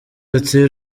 ati